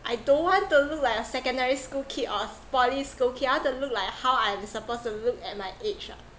I don't want to look like a secondary school kid or poly school kid I want to look like how I'm supposed to look at my age ah